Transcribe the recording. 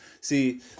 See